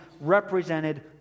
represented